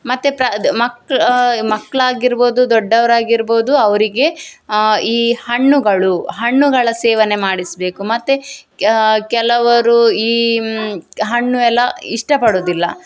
ಮತ್ತೆ ಪ್ರಾ ಅದು ಮಕ್ಳು ಮಕ್ಳು ಆಗಿರ್ಬೋದು ದೊಡ್ಡವ್ರು ಆಗಿರ್ಬೋದು ಅವರಿಗೆ ಈ ಹಣ್ಣುಗಳು ಹಣ್ಣುಗಳ ಸೇವನೆ ಮಾಡಿಸಬೇಕು ಮತ್ತೆ ಕೆಲವರು ಈ ಹಣ್ಣು ಎಲ್ಲ ಇಷ್ಟಪಡೋದಿಲ್ಲ